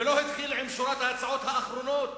ולא התחיל עם שורת ההצעות האחרונות.